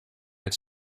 het